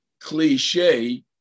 cliche